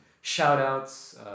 shout-outs